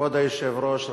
כבוד היושב-ראש,